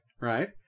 right